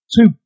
two